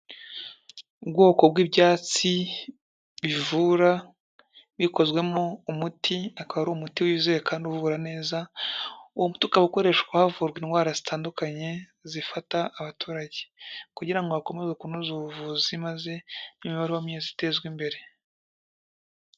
Ubwoko bw'ibyatsi bivura bikozwemo umuti, akaba ari umuti wizewe kandi uvura neza, uwo muti ukaba ukoreshwa havurwa indwara zitandukanye zifata abaturage, kugira ngo hakomeze kunozwa ubuvuzi maze imibereho myiza itezwe imbere.